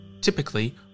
Typically